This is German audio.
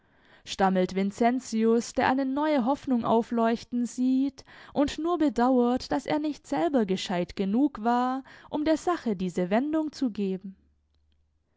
stammelt vincentius der eine neue hoffnung aufleuchten sieht und nur bedauert daß er nicht selber gescheit genug war um der sache diese wendung zu geben